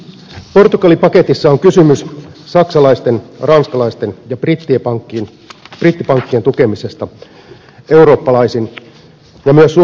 portugali paketissa on kysymys saksalaisten ranskalaisten ja brittipankkien tukemisesta eurooppalaisin ja myös suomalaisin verovaroin